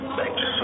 Thanks